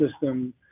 system